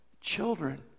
children